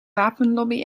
wapenlobby